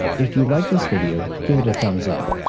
if you liked this video, give it a thumbs up.